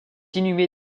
inhumé